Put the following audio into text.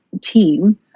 team